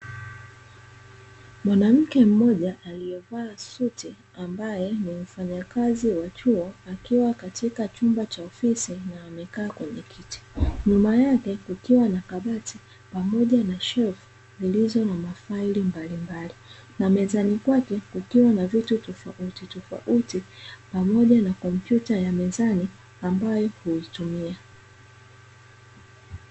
Mwanamke mmoja aliyevaa suti ambaye ni mfanyakazi wa chuo, akiwa katika chumba cha ofisi na amekaa kwenye kiti. Nyuma yake kukiwa na kabati pamoja na shelfu zilizo na mafaili mbalimbali. Na mezani kwake kukiwa na vitu tofauti tofauti pamoja na kompyuta ya mezani ambayo huitumia.